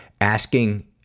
asking